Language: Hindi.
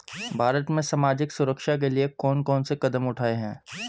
भारत में सामाजिक सुरक्षा के लिए कौन कौन से कदम उठाये हैं?